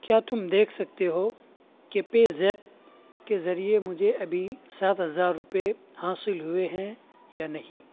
کیا تم دیکھ سکتے ہو کہ پے زیپ کے ذریعے مجھے ابھی سات ہزار روپئے حاصل ہوئے ہیں یا نہیں